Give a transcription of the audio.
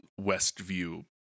Westview